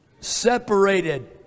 separated